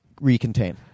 recontain